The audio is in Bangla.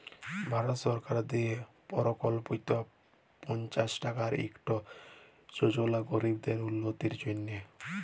ভারত সরকারের দিয়ে পরকল্পিত পাঁচশ টাকার ইকট যজলা গরিবদের উল্লতির জ্যনহে